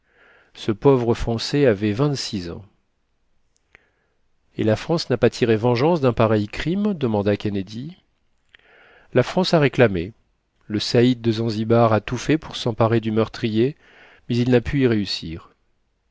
ce pauvre français avait vingt-six ans et la france n'a pas tiré vengeance d'un pareil crime demanda kennedy la france a réclamé le saïd de zanzibar a tout fait pour s'emparer du meurtrier mais il n'a pu y réussir